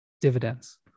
dividends